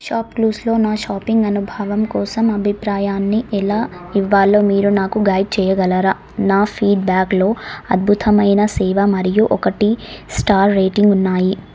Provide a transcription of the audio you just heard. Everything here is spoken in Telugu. షాప్క్లూస్లో నా షాపింగ్ అనుభవం కోసం అభిప్రాయాన్ని ఎలా ఇవ్వాలో మీరు నాకు గైడ్ చేయగలరా నా ఫీడ్బ్యాక్లో అద్భుతమైన సేవ మరియు ఒకటీ స్టార్ రేటింగ్ ఉన్నాయి